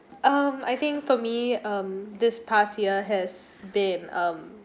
um I think for me um this past year has been um